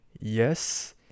yes